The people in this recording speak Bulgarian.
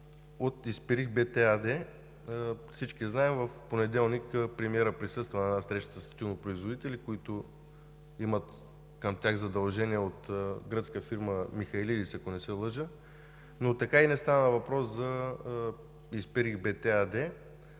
от „Исперих-БТ“ АД. Всички знаем, в понеделник премиерът присъства на една среща с тютюнопроизводители, към които имат задължения от гръцка фирма – „Михайлидис“, ако не се лъжа, но така и не стана въпрос за „Исперих-БТ“ АД.